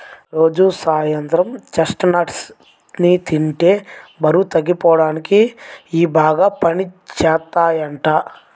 రోజూ సాయంత్రం చెస్ట్నట్స్ ని తింటే బరువు తగ్గిపోడానికి ఇయ్యి బాగా పనిజేత్తయ్యంట